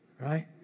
right